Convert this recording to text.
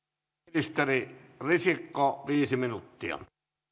ministeri risikko viisi minuuttia